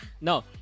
No